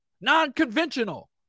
Non-conventional